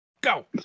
Go